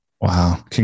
Wow